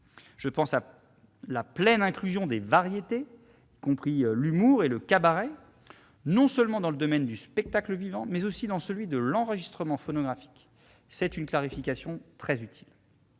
Je pense à la pleine inclusion des variétés, y compris l'humour et le cabaret, non seulement dans le domaine du spectacle vivant, mais aussi dans celui de l'enregistrement phonographique. C'est une clarification très utile.